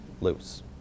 loose